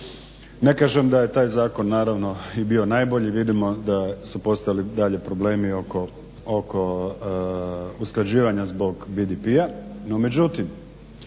Ne kažem da je taj zakon naravno i bio najbolji, vidimo da su postojali i dalje problemi oko usklađivanja zbog BDP-a, no međutim